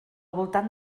voltant